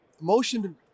motion